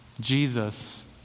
Jesus